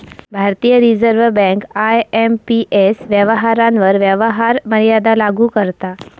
भारतीय reserve bank IMPS व्यवहारांवर व्यवहार मर्यादा लागू करता